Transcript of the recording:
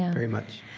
and very much